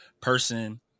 person